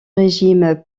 régime